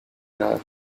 nada